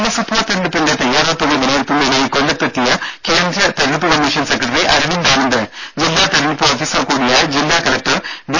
രുമ തെരഞ്ഞെടുപ്പിന്റെ തയ്യാറെടുപ്പുകൾ നിയമസഭാ വിലയിരുത്തുന്നതിനായി കൊല്ലത്ത് എത്തിയ കേന്ദ്ര തിരഞ്ഞെടുപ്പ് കമ്മീഷൻ സെക്രട്ടറി അരവിന്ദ് ആനന്ദ് ജില്ലാ തിരഞ്ഞെടുപ്പ് ഓഫീസർ കൂടിയായ ജില്ലാ കലക്ടർ ബി